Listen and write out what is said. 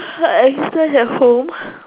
is Claire at home